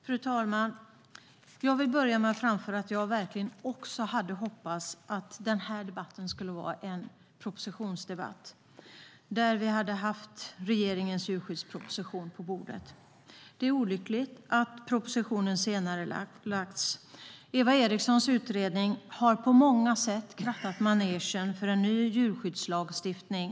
Fru talman! Jag vill börja med att framföra att jag verkligen hade hoppats att den här debatten varit en propositionsdebatt, att vi haft regeringens djurskyddsproposition på bordet. Det är olyckligt att propositionen senarelagts. Eva Erikssons utredning har på många sätt krattat manegen för en ny djurskyddslagstiftning.